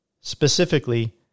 Specifically